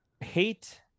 hate